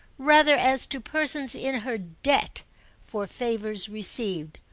rather as to persons in her debt for favours received.